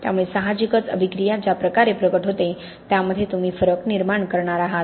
त्यामुळे साहजिकच अभिक्रिया ज्या प्रकारे प्रकट होते त्यामध्ये तुम्ही फरक निर्माण करणार आहात